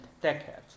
decades